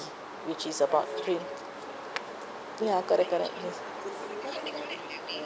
which is about ya correct correct